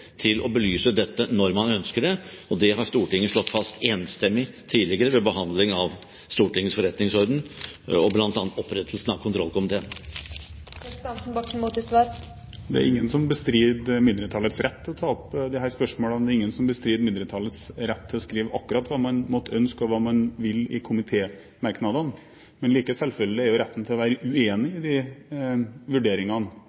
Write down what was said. rett å belyse dette når man ønsker det. Det har Stortinget slått fast enstemmig tidligere ved behandling av Stortingets forretningsorden og bl.a. opprettelsen av kontrollkomiteen. Det er ingen som bestrider mindretallets rett til å ta opp disse spørsmålene. Det er ingen som bestrider mindretallets rett til å skrive akkurat hva man måtte ønske og hva man vil i komitémerknadene. Men like selvfølgelig er jo retten til å være uenig